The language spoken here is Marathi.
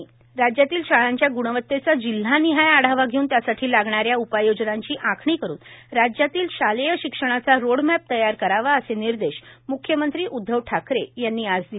शालेय शिक्षणाचा रोड मॅप राज्यातल्या शाळांच्या ग्णावत्तेचा जिल्हा निहाय आढावा घेऊन त्यासाठी लागणाऱ्या उपाय योजनांची आखणी करून राज्यातल्या शालेय शिक्षणाचा रोड मॅप तयार करावा असे निर्देश मुख्यमंत्री उद्धव ठाकरे यांनी आज दिले